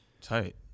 tight